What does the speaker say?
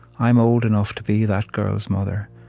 i'm old enough to be that girl's mother,